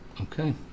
Okay